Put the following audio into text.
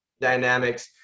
dynamics